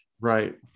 right